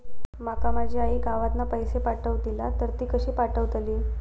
माका माझी आई गावातना पैसे पाठवतीला तर ती कशी पाठवतली?